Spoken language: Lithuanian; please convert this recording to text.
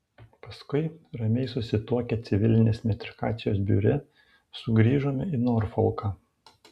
paskui ramiai susituokę civilinės metrikacijos biure sugrįžome į norfolką